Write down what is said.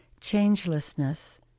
changelessness